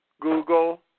Google